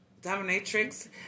Dominatrix